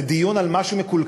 זה דיון על מה שמקולקל,